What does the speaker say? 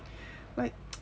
like